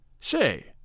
Say